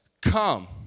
come